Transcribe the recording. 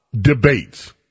debates